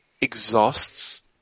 exhausts